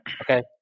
Okay